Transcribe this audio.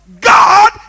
God